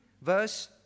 verse